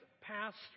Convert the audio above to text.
pastor